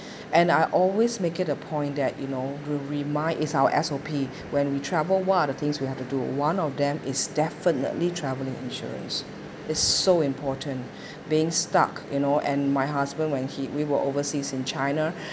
and I always make it a point that you know your remind is our S_O_P when we travel what are the things we have to do one of them is definitely travelling insurance it's so important being stuck you know and my husband when he we were overseas in china